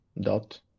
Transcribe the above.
dot